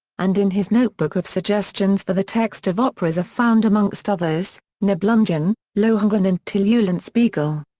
and in his notebook of suggestions for the text of operas are found amongst others nibelungen, lohengrin and till eulenspiegel.